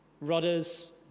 Rudders